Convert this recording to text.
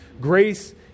Grace